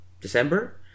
December